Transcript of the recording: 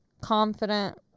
confident